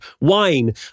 wine